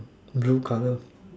blue color